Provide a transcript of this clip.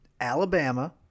Alabama